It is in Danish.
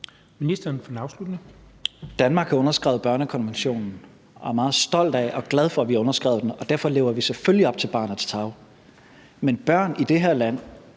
(Mattias Tesfaye): Danmark har underskrevet børnekonventionen, og jeg er meget stolt af og glad for, at vi har underskrevet den, og derfor lever vi selvfølgelig op til det med barnets tarv.